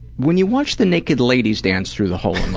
when you watch the naked ladies dance through the hole